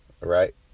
right